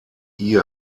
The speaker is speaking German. ihr